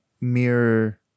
mirror